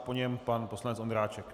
Po něm pan poslanec Ondráček.